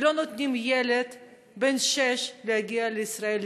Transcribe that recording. לא נותנים לילד בן שש להגיע לישראל,